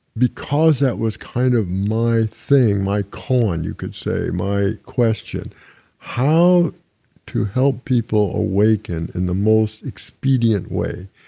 because that was kind of my thing, my calling you could say, my question how to help people awaken in the most expedient way,